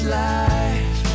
life